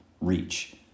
reach